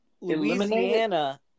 Louisiana